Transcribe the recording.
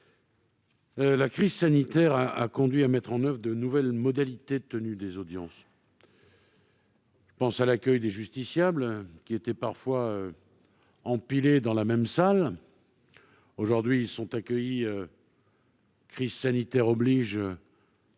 La crise sanitaire a conduit à mettre en oeuvre de nouvelles modalités de tenue des audiences. Je pense à l'accueil des justiciables, qui étaient parfois empilés dans la même salle. Aujourd'hui, ils sont accueillis séparément, crise sanitaire oblige.